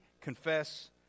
confess